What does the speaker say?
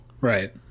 Right